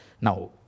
Now